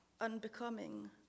unbecoming